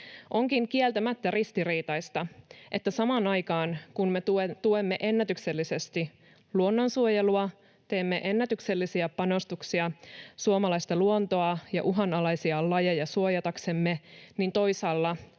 Onkin kieltämättä ristiriitaista, että samaan aikaan, kun me tuemme ennätyksellisesti luonnonsuojelua ja teemme ennätyksellisiä panostuksia suomalaista luontoa ja uhanalaisia lajeja suojataksemme, niin toisaalla